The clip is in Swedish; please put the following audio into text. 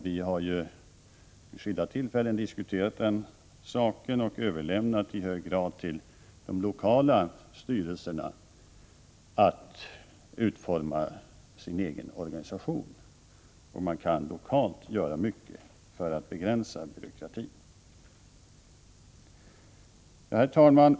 Vi har vid skilda tillfällen diskuterat den saken, och vi har överlämnat till de lokala styrelserna att i hög grad utforma sin egen organisation. Man kan lokalt göra mycket för att begränsa byråkratin. Herr talman!